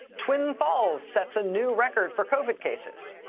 twin falls sets a new record for covid cases.